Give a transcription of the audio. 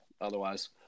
otherwise